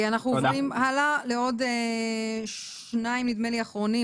אנחנו עוברים הלאה לעוד שניים אחרונים,